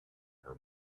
her